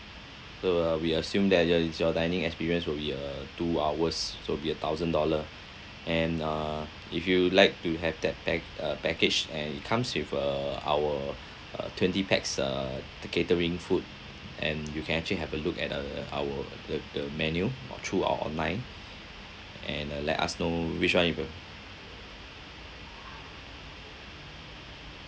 uh we assume that your is your dining experience will be uh two hours so it'll be a thousand dollar and uh if you like to have that pack~ uh package and it comes with uh our uh twenty pax uh the catering food and you can actually have a look at uh our the the menu or through our online and uh let us know which one you prefer